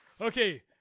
Okay